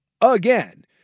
again